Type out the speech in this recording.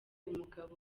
umugabo